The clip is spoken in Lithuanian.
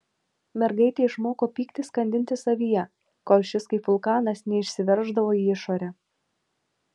mergaitė išmoko pyktį skandinti savyje kol šis kaip vulkanas neišsiverždavo į išorę